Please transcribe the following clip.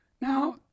Now